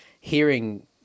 hearing